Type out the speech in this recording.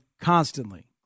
constantly